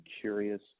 curious